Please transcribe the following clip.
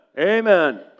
amen